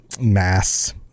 mass